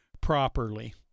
properly